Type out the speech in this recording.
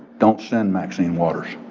don't send maxine waters.